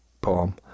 poem